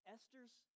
Esther's